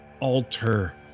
alter